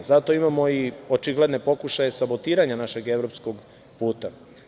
Zato imamo i očigledne pokušaje sabotiranja našeg evropskog puta.